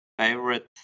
favorite